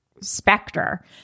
specter